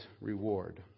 reward